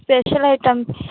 special items